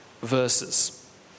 verses